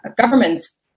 governments